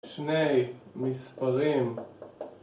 שני מספרים